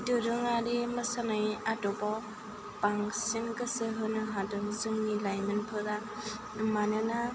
दोरोङारि मोसानाय आदबाव बांसिन गोसो होनो हादों जोंनि लाइमोनफोरा मानोना